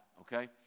Okay